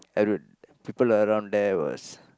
I don't people around there was